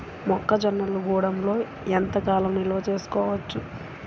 మొక్క జొన్నలు గూడంలో ఎంత కాలం నిల్వ చేసుకోవచ్చు?